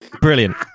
Brilliant